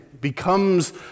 becomes